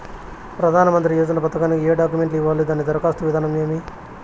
ప్రధానమంత్రి యోజన పథకానికి ఏ డాక్యుమెంట్లు ఇవ్వాలి దాని దరఖాస్తు విధానం ఏమి